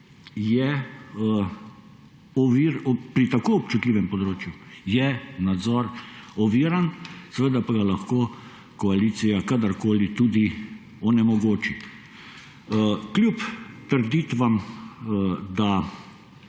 države. Pri tako občutljivem področju je nadzor oviran, seveda pa ga lahko koalicija kadarkoli tudi onemogoči. Kljub trditvam, da